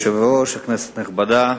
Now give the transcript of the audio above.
כבוד היושב-ראש, כנסת נכבדה,